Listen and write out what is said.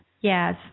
yes